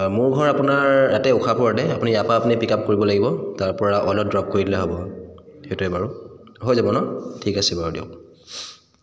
মোৰ ঘৰ আপোনাৰ ইয়াতে উশাপুৰতে আপুনি ইয়াৰপা আপুনি পিক আপ কৰিব লাগিব তাৰপৰা অইলত ড্ৰপ কৰি দিলে হ'ব সেইটোৱে বাৰু হৈ যাব ন ঠিক আছে বাৰু দিয়ক